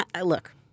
look